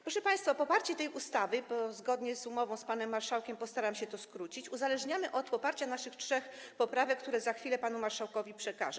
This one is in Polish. Proszę państwa, poparcie tej ustawy - zgodnie z umową z panem marszałkiem postaram się to skrócić - uzależniamy od poparcia naszych trzech poprawek, które za chwilę panu marszałkowi przekażę.